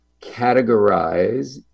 categorize